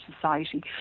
Society